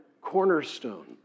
cornerstone